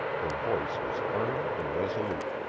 her voice was firm and resolute.